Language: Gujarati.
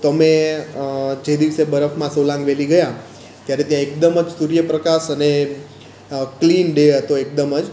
તો અમે જે દિવસે બરફમાં સોલાંગ વેલી ગયા ત્યારે ત્યાં એકદમ જ સૂર્યપ્રકાશ અને ક્લીન ડે હતો એકદમ જ